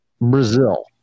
Brazil